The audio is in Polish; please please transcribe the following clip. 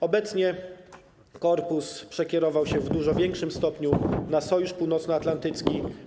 Obecnie korpus przekierował się w dużo większym stopniu na Sojusz Północnoatlantycki.